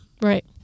Right